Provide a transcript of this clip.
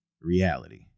reality